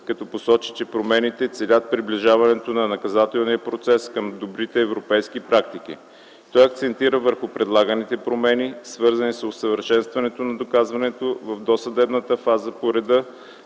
като посочи, че промените целят приближаването на наказателния процес към добрите европейски практики. Той акцентира върху предлаганите промени, свързани с усъвършенстване на доказването в досъдебната фаза по реда,